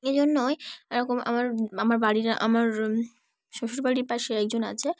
এই জন্যই এরকম আমার আমার বাড়ির আমার শ্বশুরবাড়ির পাশে একজন আছে